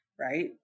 right